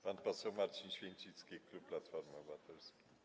Pan poseł Marcin Święcicki, klub Platforma Obywatelska.